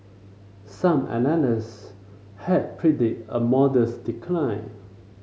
some analyst had predict a modest decline